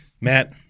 Matt